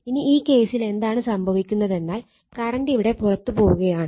ഇനി ഈ കേസിൽ എന്താണ് സംഭവിക്കുന്നതെന്നാൽ കറണ്ട് ഇവിടെ പുറത്തു പോവുകയാണ്